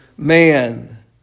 man